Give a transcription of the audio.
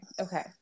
okay